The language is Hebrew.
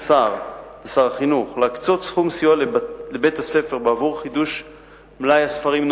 לשר החינוך להקצות סכום סיוע לבית-הספר בעבור חידוש מלאי הספרים,